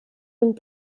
und